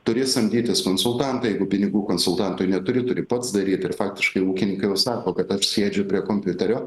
turi samdytis konsultantą jeigu pinigų konsultantui neturi turi pats daryt ir faktiškai ūkininkai jau sako kad aš sėdžiu prie kompiuterio